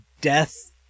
death